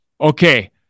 Okay